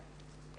כן.